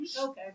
Okay